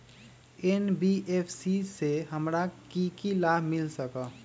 NBFC से हमार की की लाभ मिल सक?